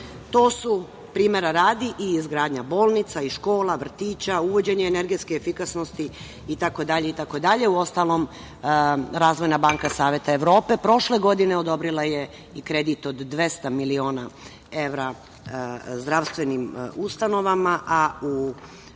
To su, primera radi, i izgradnja bolnica i škola, vrtića, uvođenje energetske efikasnosti itd. Uostalom, Razvojna banka Saveta Evrope prošle godine odobrila je i kredit od 200 miliona evra zdravstvenim ustanovama, a